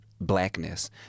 blackness